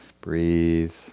Breathe